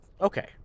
okay